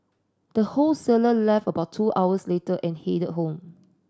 the wholesaler left about two hours later and headed home